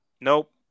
nope